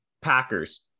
Packers